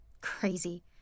crazy